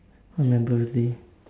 on my birthday